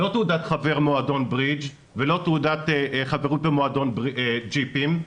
לא תעודת חבר מועדון ברידג' ולא תעודת חברות במועדון ג'יפים,